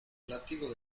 látigo